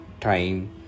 time